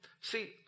See